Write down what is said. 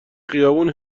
خیابون